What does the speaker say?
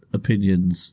opinions